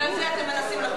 בגלל זה אתם מנסים לחוקק.